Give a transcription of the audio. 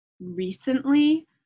recently